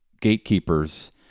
gatekeepers